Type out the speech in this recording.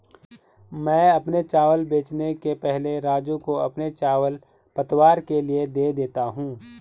मैं अपने चावल बेचने के पहले राजू को चावल पतवार के लिए दे देता हूं